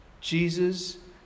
Jesus